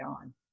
on